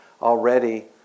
already